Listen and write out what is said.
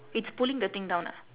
it's pulling the thing down ah